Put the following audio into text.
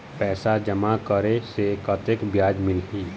पैसा जमा करे से कतेक ब्याज मिलही?